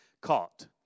Caught